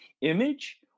image